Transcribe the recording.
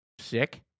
sick